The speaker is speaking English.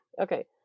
Okay